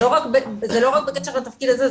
זה לא רק בקשר לתפקיד הזה,